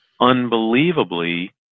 unbelievably